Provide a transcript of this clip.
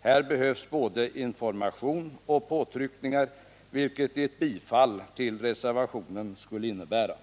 Här behövs både information och påtryckningar, vilket ett bifall till reservationen skulle innebära.